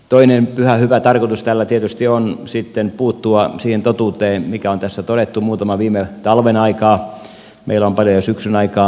toinen pyhä hyvä tarkoitus tällä tietysti on sitten puuttua siihen totuuteen mikä on tässä todettu muutaman viime talven aikaan ja syksyn aikaan